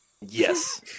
Yes